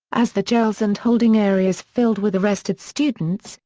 as the jails and holding areas filled with arrested students,